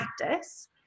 practice